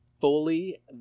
fully